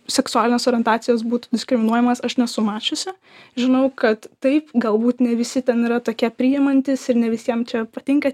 seksualinės orientacijos būtų diskriminuojamas aš nesu mačiusi žinau kad taip galbūt ne visi ten yra tokie priimantys ir ne visiems čia patinka